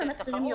טוב שיש תחרות.